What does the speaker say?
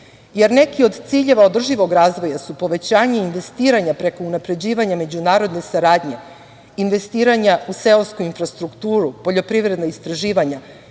jer neki od ciljeva održivog razvoja su povećanje investiranja preko unapređivanja međunarodne saradnje, investiranja u seosku infrastrukturu, poljoprivredna istraživanja,